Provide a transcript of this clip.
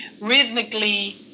rhythmically